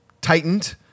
tightened